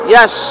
Yes